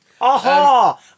Aha